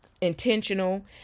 intentional